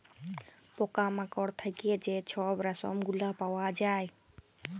পকা মাকড় থ্যাইকে যে ছব রেশম গুলা পাউয়া যায়